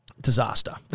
disaster